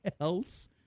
else